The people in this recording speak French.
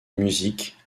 musique